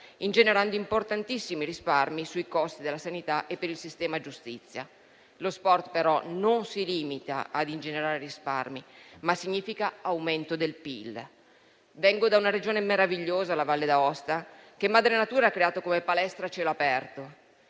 ingenerando importantissimi risparmi sui costi della sanità e per il sistema giustizia. Lo sport, però, non si limita a ingenerare risparmi, ma significa anche aumento del PIL. Vengo da una Regione meravigliosa, la Valle d'Aosta, che madre natura ha creato come palestra a cielo aperto.